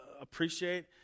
appreciate